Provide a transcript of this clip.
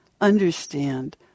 understand